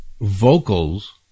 vocals